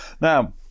now